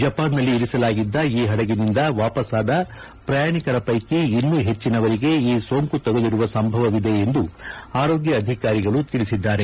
ಜವಾನ್ನಲ್ಲಿ ಇರಿಸಲಾಗಿದ್ದ ಈ ಪಡಗಿನಿಂದ ವಾಪಸ್ಲಾದ ಪ್ರಯಾಣಿಕರ ಪೈಕಿ ಇನ್ನೂ ಪೆಚ್ಚಿನವರಿಗೆ ಈ ಸೋಂಕು ತಗುಲಿರುವ ಸಂಭವವಿದೆ ಎಂದು ಆರೋಗ್ಯ ಅಧಿಕಾರಿಗಳು ತಿಳಿಸಿದ್ದಾರೆ